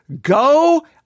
go